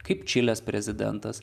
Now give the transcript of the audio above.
kaip čilės prezidentas